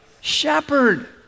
Shepherd